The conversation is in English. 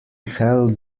hell